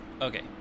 Okay